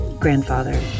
grandfather